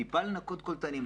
טיפה לנקות קולטנים,